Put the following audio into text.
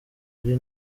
ari